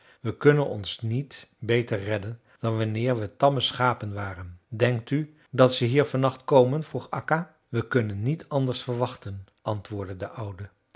we kunnen ons niet beter redden dan wanneer we tamme schapen waren denkt u dat ze hier van nacht komen vroeg akka we kunnen niet anders verwachten antwoordde de oude